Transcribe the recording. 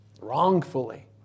wrongfully